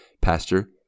Pastor